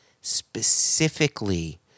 specifically